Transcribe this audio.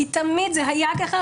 כי תמיד זה היה כך,